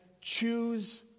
choose